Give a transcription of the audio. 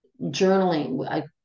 Journaling